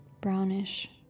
brownish